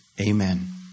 Amen